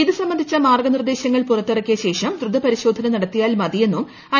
ഇത് സംബന്ധിച്ച മാർഗ്ഗനിർദ്ദേശങ്ങൾ പുറത്തിറ്റ്ക്കിയ ശേഷം ദ്രുത പരിശോധന നടത്തിയാൽ മതിയെന്നും ഐ